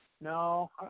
No